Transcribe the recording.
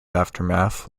aftermath